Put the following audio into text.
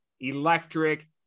electric